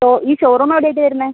അപ്പോൾ ഈ ഷോറൂം എവിടെയായിട്ടാണ് വരുന്നത്